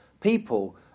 people